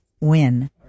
win